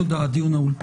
תודה, הדיון נעול.